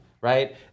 Right